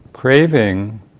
Craving